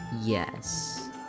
Yes